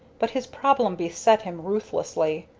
but his problem beset him ruthlessly.